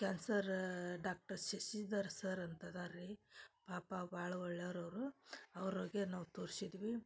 cancer doctor Shashidhar sir ಅಂತ ಅದಾರೆ ರೀ ಪಾಪ ಭಾಳ ಒಳ್ಳೆವ್ರು ಅವರು ಅವ್ರುಗೆ ನಾವು ತೋರ್ಶಿದ್ವಿ